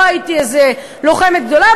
לא הייתי איזה לוחמת גדולה,